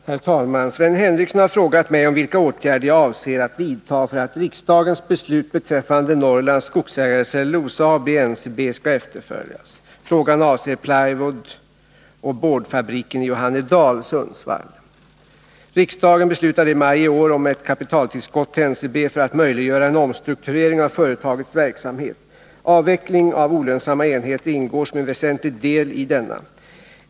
Herr talman! Sven Henricsson har frågat mig vilka åtgärder jag avser att vidta för att riksdagens beslut beträffande Norrlands Skogsägares Cellulosa AB skall efterföljas. Frågan avser plywoodoch boardfabriken i Johannedal, Sundsvall. Riksdagen beslutade i maj i år om ett kapitaltillskott till NCB för att möjliggöra en omstrukturering av företagets verksamhet. Avveckling av olönsamma enheter ingår som en väsentlig del i denna.